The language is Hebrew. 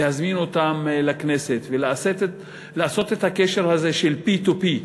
להזמין אותם לכנסת ולעשות את הקשר הזה של P to P,